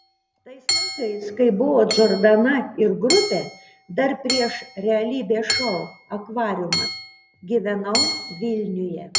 tais laikais kai buvo džordana ir grupė dar prieš realybės šou akvariumas gyvenau vilniuje